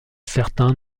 certain